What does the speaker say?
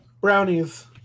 Brownies